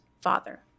father